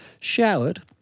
showered